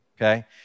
okay